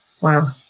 Wow